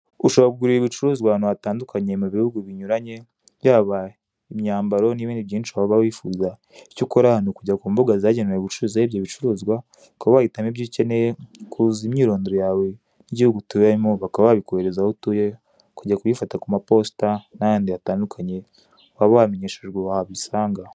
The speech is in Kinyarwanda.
Ushobora kugurira ibicuruzwa ahantu hatandukanye mu bihugu binyuranye, yaba imyambaro n'ibindi byinshi waba wifuza, icyo ukora ni ukujya ku mbuga zagenewe gucuruzaho ibyo bicuruzwa, ukaba wahitamo ibyo ukeneye, ukuzuza imyirondoro yawe y'igihugu utuyemo bakaba babikohereza aho utuye, ukajya kubifata ku maposita n'ahandi hatandukanye waba wamenyeshejwe wabisanga.